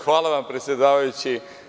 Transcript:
Hvala vam predsedavajući.